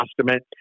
Testament